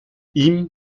ihm